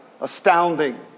astounding